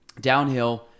Downhill